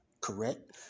correct